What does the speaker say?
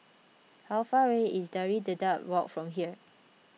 how far away is Pari Dedap Walk from here